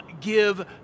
give